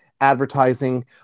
advertising